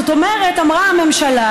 זאת אומרת, אמרה הממשלה: